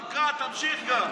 תקרא, תמשיך גם.